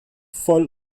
voll